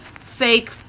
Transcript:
fake